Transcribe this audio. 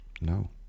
No